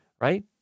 right